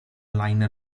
liner